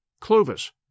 Clovis